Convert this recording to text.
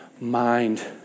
mind